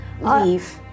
leave